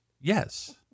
Yes